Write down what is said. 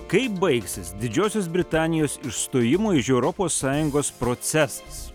kaip baigsis didžiosios britanijos išstojimo iš europos sąjungos procesas